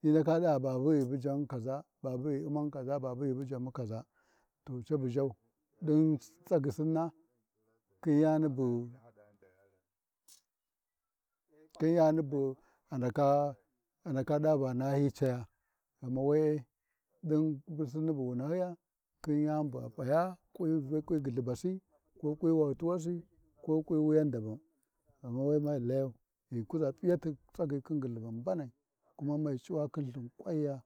hyi ndaka ɗa Babu ai bujan kaʒa, babu ghi Umman kaʒa, babu ghi ai buyamu kaʒa, to cabu ʒhau, ɗin tsagyi sinna khi yani bu, khin yani bu-bu-ndaka ɗa na hyi caya ghama we-e, din sinni bu wu nahyiya khin yani bu a p'aya kwi gyullubasi ko kwi wahutuwasi ko kwi wuyana dabau, ghama we mei layau, ghi kuʒa p’iyati tsagyi khin gyulluban mbanai, kuma mei C’uwa khin Lthin k’wanya.